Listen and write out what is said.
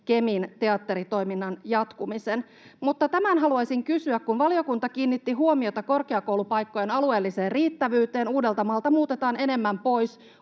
Kemin teatteritoiminnan jatkumisen. Mutta tämän haluaisin kysyä: Kun valiokunta kiinnitti huomiota korkeakoulupaikkojen alueelliseen riittävyyteen — Uudeltamaalta muutetaan enemmän pois